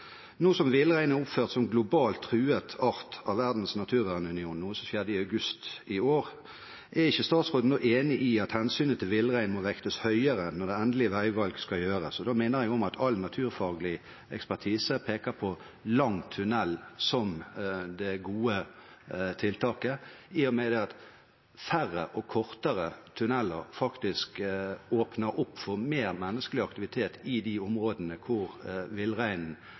som villreinen er oppført som globalt truet art av Verdens naturvernunion, noe som skjedde i august i år, er ikke statsråden da enig i at hensynet til villreinen må vektes høyere når det endelige veivalg skal gjøres? Da minner jeg om at all naturfaglig ekspertise peker på lang tunnel som det gode tiltaket, i og med at færre og kortere tunneler åpner opp for mer menneskelig aktivitet i de områdene hvor